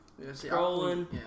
Scrolling